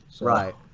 right